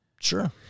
Sure